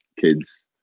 kids